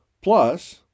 Plus